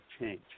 change